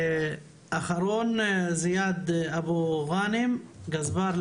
אחרון, זיאד אבו גנים, בבקשה.